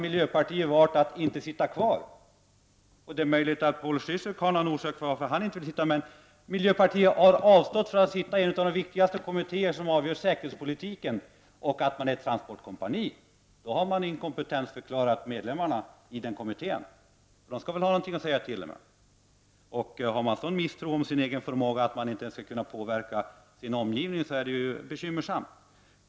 Miljöpartiet har valt att inte sitta kvar i den utredningen. Det är möjligt att Paul Ciszuk har någon orsak till att han inte vill sitta kvar. Men miljöpartiet har avstått från att delta i en av de viktigaste kommitteér som avgör säkerhetspolitiken. Och säger man att man är ett transportkompani, har man inkompetensförklarat medlemmarna i den kommittén. De skall väl ha någonting att säga till om. Hyser man sådan misstro i fråga om sin egen förmåga, att man inte ens skall kunna påverka sin omgivning, så är det ju bekymmersamt.